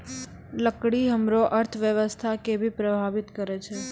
लकड़ी हमरो अर्थव्यवस्था कें भी प्रभावित करै छै